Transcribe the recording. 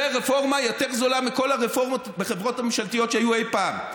זו רפורמה יותר גדולה מכל הרפורמות בחברות הממשלתיות שהיו אי-פעם.